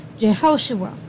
Jehoshua